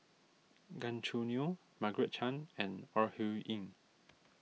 Gan Choo Neo Margaret Chan and Ore Huiying